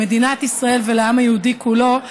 למדינת ישראל ולעם היהודי כולו,